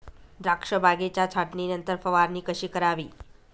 द्राक्ष बागेच्या छाटणीनंतर फवारणी कशी करावी?